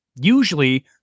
usually